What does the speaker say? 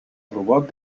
robot